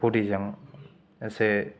बदि जों एसे